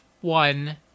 one